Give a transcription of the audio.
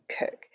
Cook